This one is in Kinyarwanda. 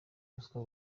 ruswa